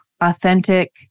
authentic